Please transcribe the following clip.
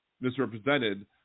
misrepresented